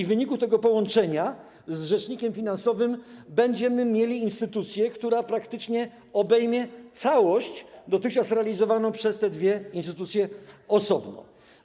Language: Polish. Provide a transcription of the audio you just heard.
W wyniku tego połączenia z rzecznikiem finansowym będziemy mieli instytucję, która praktycznie obejmie całość dotychczas realizowaną przez te dwie instytucje osobno.